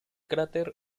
cráter